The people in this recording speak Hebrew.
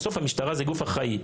בסוף המשטרה זה גוף אחראי.